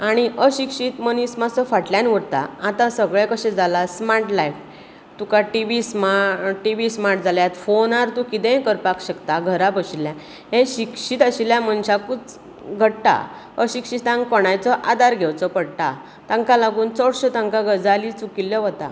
आनी अशिक्षित मनीस मात मात्सो फाटल्यान उरता आता सगळे कशें जाला स्मार्ट लायफ तुका टीवी स्मार्ट जाल्यात फोनार तूं कितेंय करपाक शकता घरा बशिल्यान हे शिक्षित आशिल्या मनशाकूच घडटा अशिक्षितांक कोणाचोय आदार घेवचो पडटा तांकां लागून चडश्यो तांकां गजाली चुकिल्यो वता